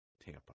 Tampa